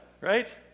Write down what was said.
right